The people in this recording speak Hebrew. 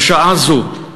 בשעה זו,